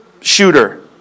shooter